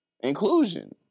inclusion